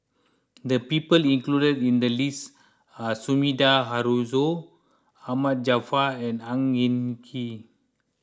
the people included in the list are Sumida Haruzo Ahmad Jaafar and Ang Hin Kee